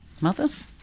mothers